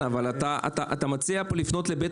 אבל אתה מציע לי לפנות לבית